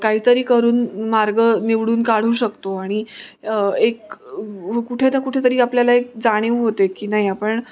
काहीतरी करून मार्ग निवडून काढू शकतो आणि एक कुठे ना कुठेतरी आपल्याला एक जाणीव होते की नाही आपण